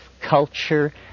culture